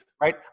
right